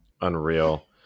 Unreal